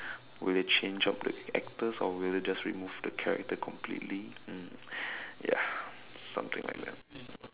will they change up the actors or will they just remove the character completely mm ya something like that